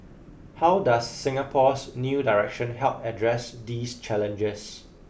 how does Singapore's new direction help address these challenges